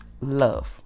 love